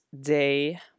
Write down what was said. day